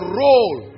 role